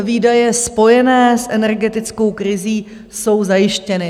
Výdaje spojené s energetickou krizí jsou zajištěny.